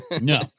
No